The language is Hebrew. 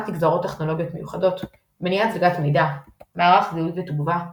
אבטחת נגזרות טכנולוגיות מיוחדות מניעת זליגת מידע מערך זיהוי ותגובה